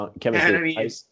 chemistry